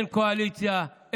הן בקואליציה,